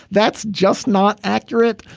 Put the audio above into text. that's just not accurate.